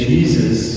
Jesus